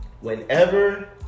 Whenever